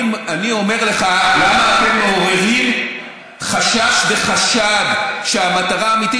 אני אומר לך למה אתם מעוררים חשש וחשד שהמטרה האמיתית